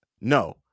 No